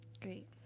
Great